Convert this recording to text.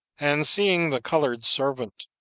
and seeing the colored servant,